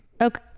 Okay